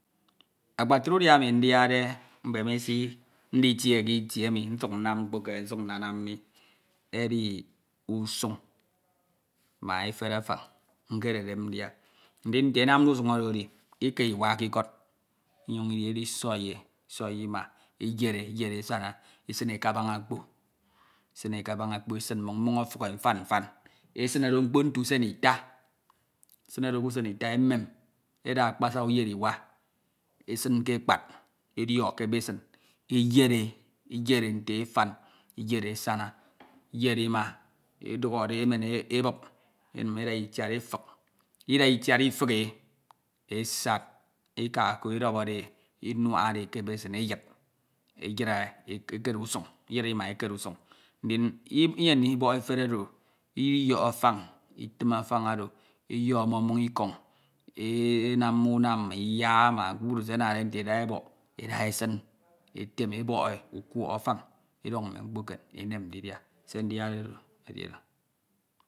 Akpatre udia emi ndiade mbemisi nditie ke itie emi nsuk nnamde mkpo eke, nsuk nnamde mkpo eke, nsuk nnanam mi edi usuñ ma efere afán ke ndia. Ndin nte enamde usañ oro edi uka uka ke ikọd unyuñ udi edisoi e usai uma eyed asana, esan e ke abañ okpõ, isun e ke aban okpo, isin mmoñ mmoñ ọfuke mfan mfan, esine mmo mkpo nte usen ita, isine do ke usen ita emem, eda akpasa eyed iwa esin ke ekpad ediọk ke basin, eyed e, eyed e nte asana, eyed asans edukhọde e, emen ebup, eda itiad efik, ida itiad ifik e esad. Ika ko edọbọde e enuak ke basin eyed, eyid e ekere usuñ. Iyid ima ekare usuñ ndim iyem ndibọk efere oro, idiyọk afan, etim afañ oro, eyọk mmoñ mmoñ ikọñ, enam unam ma iyak ma kpukpru se anade nte eda ebọk, eda esin etim e, ebọk e ukoọho̱ afan, eduñ mme mkpo eken se ndiade mfin edi oro.